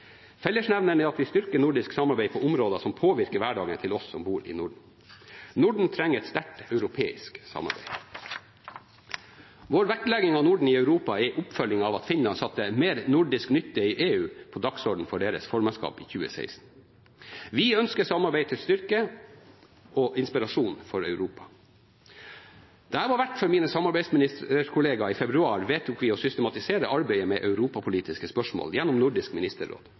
Fellesnevneren er at vi styrker nordisk samarbeid på områder som påvirker hverdagen til oss som bor i Norden. Norden trenger et sterkt europeisk samarbeid. Vår vektlegging av Norden i Europa er en oppfølging av at Finland satte «mer nordisk nytte i EU» på dagsordenen for deres formannskap i 2016. Vi ønsker samarbeid til styrke og inspirasjon for Europa. Da jeg var vert for mine samarbeidsministerkolleger i februar vedtok vi å systematisere arbeidet med europapolitiske spørsmål gjennom Nordisk ministerråd.